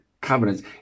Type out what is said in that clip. covenants